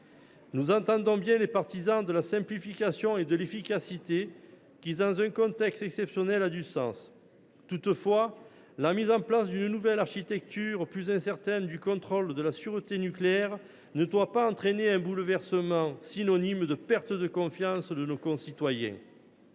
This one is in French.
Nous entendons bien les partisans de la simplification et de l’efficacité ; leurs remarques, dans un contexte exceptionnel, ont du sens. Toutefois la mise en place d’une nouvelle architecture plus incertaine du contrôle de la sûreté nucléaire ne doit pas entraîner un bouleversement synonyme de perte de confiance de nos concitoyens.